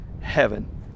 heaven